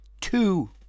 two